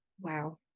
Wow